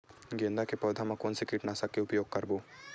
गेंदा के पौधा म कोन से कीटनाशक के उपयोग करबो?